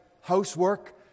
housework